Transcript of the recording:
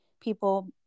people